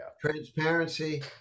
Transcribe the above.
Transparency